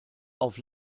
auf